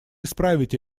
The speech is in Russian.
исправить